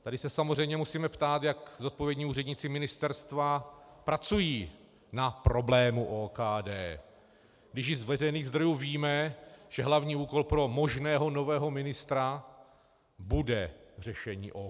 Tady se samozřejmě musíme ptát, jak zodpovědní úředníci ministerstva pracují na problému OKD, když již z veřejných zdrojů víme, že hlavní úkol pro možného nového ministra bude řešení OKD.